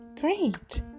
Great